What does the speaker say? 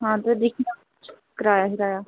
हां ते दिक्खी लाओ तुस किराया शिराया